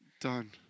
Done